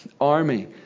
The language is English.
army